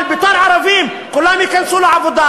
אבל בתור ערבים כולם ייכנסו לעבודה.